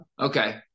Okay